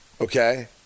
okay